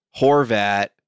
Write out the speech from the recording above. Horvat